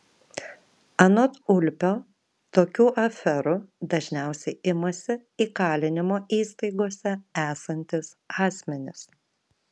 anot ulpio tokių aferų dažniausiai imasi įkalinimo įstaigose esantys asmenys